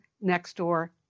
next-door